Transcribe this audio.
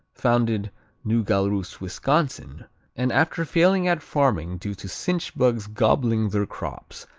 founded new galrus, wisconsin and, after failing at farming due to cinch bugs gobbling their crops,